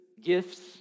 gifts